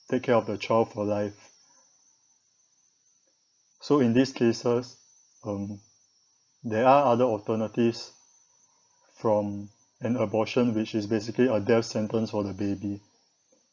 take care of the child for life so in these cases um there are other alternatives from an abortion which is basically a death sentence for the baby